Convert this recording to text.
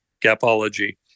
Gapology